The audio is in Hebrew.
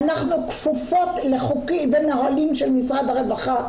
אנחנו כפפות לחוקים ונהלים של משרד הרווחה,